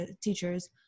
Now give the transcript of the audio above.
teachers